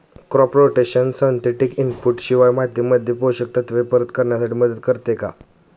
Crop rotation synthetic input शिवाय मातीमध्ये पोषक तत्त्व परत करण्यास मदत करते का?